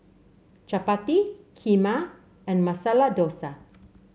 Chapati Kheema and Masala Dosa